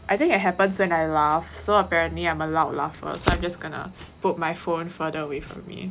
I think that happens when I laugh so apparently I'm a loud laugher so I'm just gonna put my phone further away from me